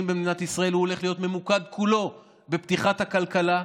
במדינת ישראל הוא הולך להיות ממוקד כולו בפתיחת הכלכלה,